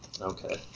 Okay